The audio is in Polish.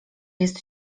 jest